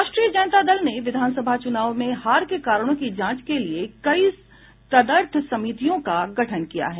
राष्ट्रीय जनता दल ने विधानसभा चुनाव में हार के कारणों की जांच के लिए कई तदर्थ समितियों का गठन किया है